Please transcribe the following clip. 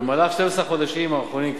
במהלך 12 החודשים האחרונים,